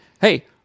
hey